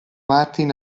martin